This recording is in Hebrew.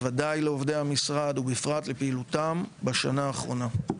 בוודאי לעובדי המשרד ובפרט לפעילותם בשנה האחרונה.